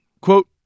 Quote